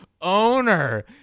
owner